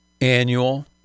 Annual